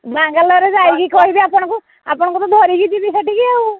ବାଙ୍ଗାଲରରେ ଯାଇକି କହିବି ଆପଣଙ୍କୁ ଆପଣଙ୍କୁ ତ ଧରିକି ଯିବି ସେଠିକି ଆଉ